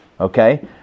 okay